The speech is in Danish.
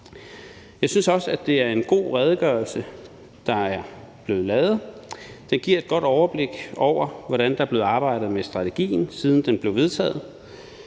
Jeg synes også, det er en god redegørelse, der er blevet lavet. Den giver et godt overblik over, hvordan der er blevet arbejdet med strategien, siden den blev vedtaget